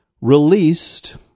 released